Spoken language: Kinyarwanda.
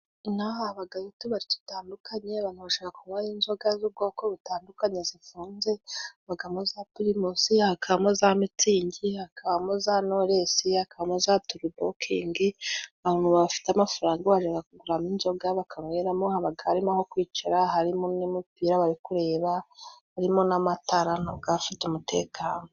Inaha haba inzoga z'ubwoko butandukanye zifunze hakabamo za pirimusi, hakabamo za mitsingi, hakabamo za nowulesi, hakabamo za turubo kingi. bantu bafite amafaranga baje kuguramo inzoga bakanyweramo haba harimo aho kwicara, harimo umupira bari kureba, harimo n'amatara ,bafite umutekano.